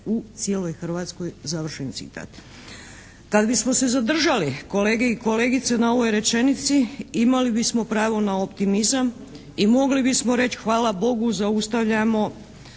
u cijeloj Hrvatskoj.". Kada bismo se zadržali, kolege i kolegice, na ovoj rečenici imali bismo pravo na optimizam i mogli bismo reći hvala Bogu zaustavljamo